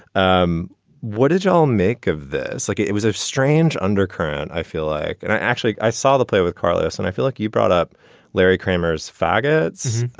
um what did you all make of this? like, it it was a strange undercurrent. i feel like and i actually i saw the play with carlos and i feel like you brought up larry kramer's faggots.